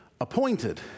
appointed